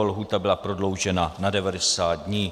Lhůta byla prodloužena na devadesát dní.